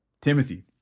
Timothy